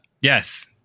Yes